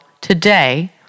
today